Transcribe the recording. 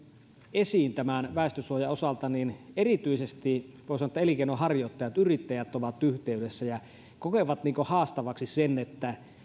esiin tämän väestönsuojan osalta niin erityisesti voi sanoa että elinkeinonharjoittajat ja yrittäjät ovat yhteydessä ja kokevat haastavaksi sen että